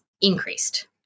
increased